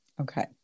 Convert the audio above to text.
Okay